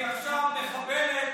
עכשיו מחבלת,